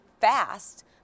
fast